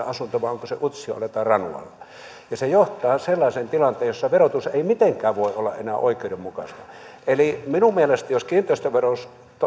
asunto vai onko se utsjoella tai ranualla ja se johtaa sellaiseen tilanteeseen jossa verotus ei mitenkään voi olla enää oikeudenmukaista minun mielestäni jos kiinteistövero